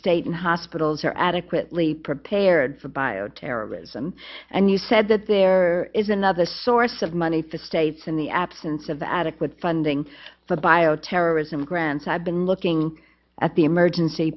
state and hospitals are adequately prepared for bioterrorism and you said that there is another source of money for states in the absence of adequate funding for bioterrorism grants i've been looking at the emergency